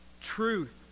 Truth